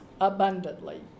abundantly